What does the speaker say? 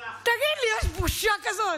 תגיד לי, יש בושה כזאת?